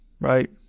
Right